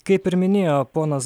kaip ir minėjo ponas